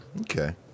Okay